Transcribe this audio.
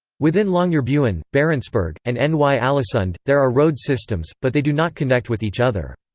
within longyearbyen, barentsburg, and and ny-alesund, there are road systems, but they do not connect with each other.